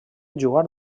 jugar